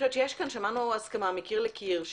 שמענו פה הסכמה מקיר אל קיר,